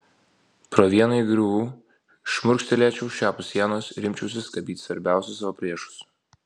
pro vieną įgriuvų šmurkštelėčiau šiapus sienos ir imčiausi skabyti svarbiausius savo priešus